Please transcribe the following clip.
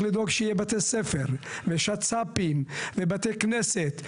לדאוג שיהיה בתי ספר ושצ"פים ובתי כנסת ועוד,